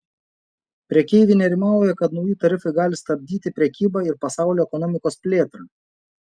prekeiviai nerimauja kad nauji tarifai gali stabdyti prekybą ir pasaulio ekonomikos plėtrą